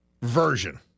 version